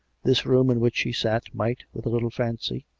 this room in which she sat, might, with a little fancy,